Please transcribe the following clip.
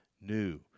new